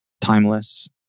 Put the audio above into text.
Timeless